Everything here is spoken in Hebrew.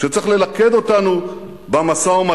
שצריך ללכד אותנו במשא-ומתן.